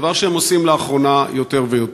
דבר שהם עושים לאחרונה יותר ויותר.